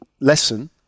lesson